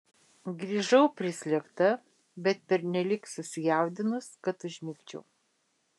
grįžau prislėgta bet pernelyg susijaudinus kad užmigčiau